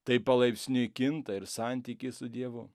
taip palaipsniui kinta ir santykis su dievu